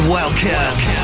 Welcome